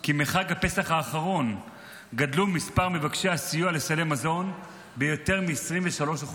כי מחג הפסח האחרון גדל מספר מבקשי הסיוע לסלי מזון ביותר מ-23%.